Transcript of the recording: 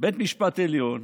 בית המשפט העליון